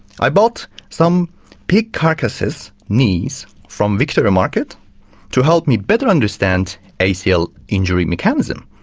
i bought some pig carcasses knees from victoria market to help me better understand acl injury mechanism.